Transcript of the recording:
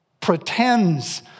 pretends